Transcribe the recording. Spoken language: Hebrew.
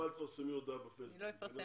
אני חושבת